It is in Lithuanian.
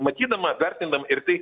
matydama vertindama ir tai